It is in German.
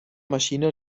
maschine